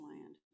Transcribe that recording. land